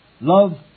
Love